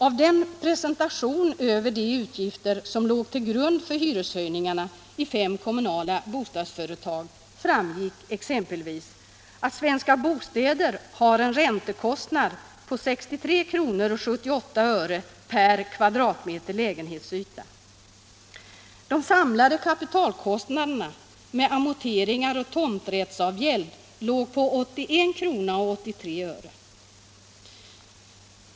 Av den presentation över de utgifter som låg till grund för hyreshöjningarna i fem kommunala bostadsföretag framgick exempelvis, att Svenska Bostäder har en räntekostnad på 63:78 kr. per kvadratmeter lägenhetsyta. De sammanlagda kapitalkostnaderna med amorteringar och tomträttsavgäld låg på 81:83 kr.